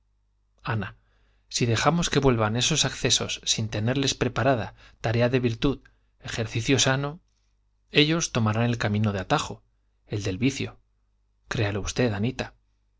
ana si dejamos que vuelvan esos accesos sin tenerles preparada tarea de virtud ejercicio sano ellos tomarán el camino de atajo el del vicio créalo usted anita